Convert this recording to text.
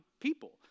people